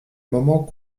moment